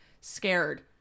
scared